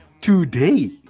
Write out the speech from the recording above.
Today